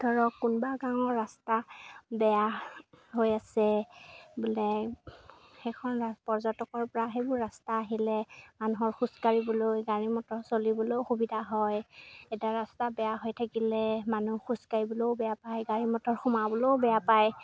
ধৰক কোনোবা গাঁৱৰ ৰাস্তা বেয়া হৈ আছে বোলে সেইখন ৰা পৰ্যটকৰ পৰা সেইবোৰ ৰাস্তা আহিলে মানুহৰ খোজকাঢ়িবলৈ গাড়ী মটৰ চলিবলৈও অসুবিধা হয় এতিয়া ৰাস্তা বেয়া হৈ থাকিলে মানুহ খোজকাঢ়িবলৈও বেয়া পায় গাড়ী মটৰ সোমাবলৈও বেয়া পায়